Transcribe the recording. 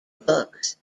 books